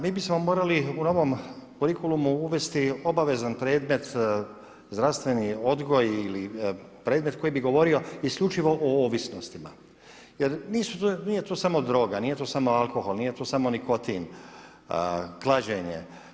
Mi bismo morali u novom kurikulumu uvesti obavezan predmet zdravstveni odgoj ili predmet koji bi govorio isključivo o ovisnostima jer nije to samo droga, nije to samo alkohol, nije to samo nikotin, klađenje.